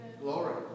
Glory